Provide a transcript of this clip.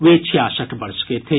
वे छियासठ वर्ष के थे